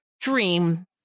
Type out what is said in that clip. dream